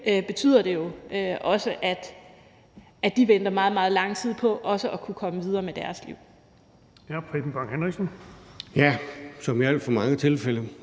betyder det jo også, at de venter meget, meget lang tid på at kunne komme videre med deres liv. Kl. 13:26 Den fg. formand (Erling